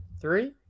Three